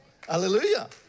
Hallelujah